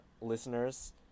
listeners